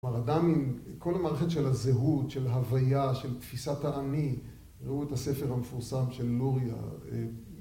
כל המערכת של הזהות, של הוויה, של תפיסת האני, ראו את הספר המפורסם של לוריה